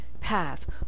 path